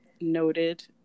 noted